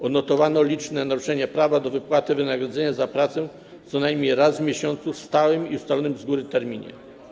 Odnotowano liczne przypadki naruszenia prawa do wypłaty wynagrodzenia za pracę co najmniej raz w miesiącu w stałym i ustalonym z góry terminie.